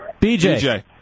BJ